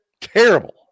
terrible